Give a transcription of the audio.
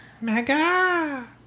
Mega